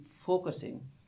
focusing